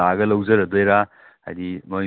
ꯑꯥ ꯑꯗꯨꯗꯤ ꯀꯃꯥꯏ ꯇꯧꯅꯤ ꯇ꯭ꯔꯥꯟꯄꯣꯔꯇꯦꯁꯟꯒꯤꯁꯤꯗꯤ